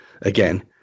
again